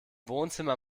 wohnzimmer